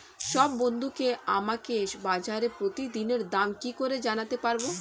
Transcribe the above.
সব বন্ধুকে আমাকে বাজারের প্রতিদিনের দাম কি করে জানাতে পারবো?